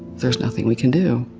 there's nothing we can do.